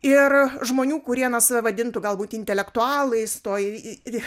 ir žmonių kurie na save vadintų galbūt intelektualais toj